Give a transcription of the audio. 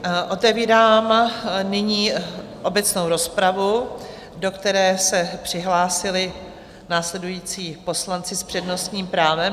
Otevírám nyní obecnou rozpravu, do které se přihlásili následující poslanci s přednostním právem.